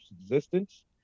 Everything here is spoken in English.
existence